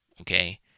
okay